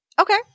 okay